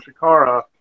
Shikara